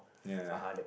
ya